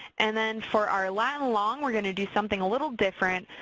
and then for our lat and long we're going to do something a little different.